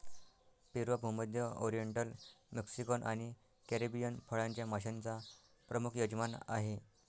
पेरू हा भूमध्य, oriental, Mexican आणि कॅरिबियन फळांच्या माश्यांचा प्रमुख यजमान आहे